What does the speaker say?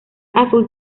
azul